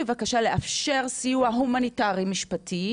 בבקשה לאפשר סיוע הומניטארי משפטי,